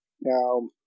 Now